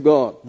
God